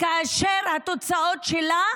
כאשר התוצאות שלה,